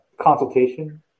consultation